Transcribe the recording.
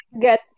get